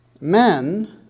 Men